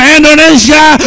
Indonesia